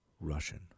Russian